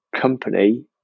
company